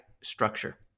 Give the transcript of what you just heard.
structure